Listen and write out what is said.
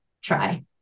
try